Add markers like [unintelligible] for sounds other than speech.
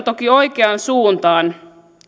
[unintelligible] toki askel oikeaan suuntaan